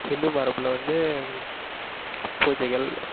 ஹிந்து மரபில் வந்து பூஜைகள்